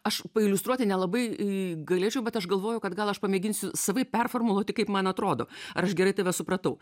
aš pailiustruoti nelabai a galėčiau bet aš galvoju kad gal aš pamėginsiu savaip performuluoti kaip man atrodo ar aš gerai tave supratau